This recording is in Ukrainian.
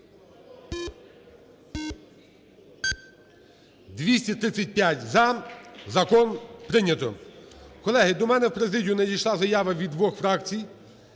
За-235 Закон прийнятий. Колеги, до мене у президію надійшла заява від двох фракцій: